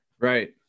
right